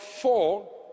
four